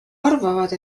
arvavad